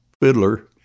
fiddler